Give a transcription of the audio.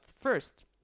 first